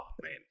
man